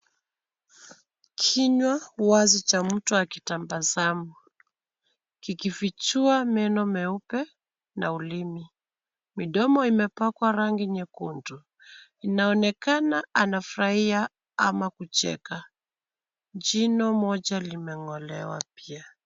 Kinywa wazi cha mtu akitabasamu, kikifichua meno meupe na ulimi. Midomo imepakwa rangi nyekundu. Inaonekana anafurahia ama kucheka. Jino moja limeng'olewa pia.